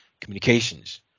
communications